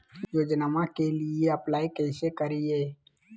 योजनामा के लिए अप्लाई कैसे करिए?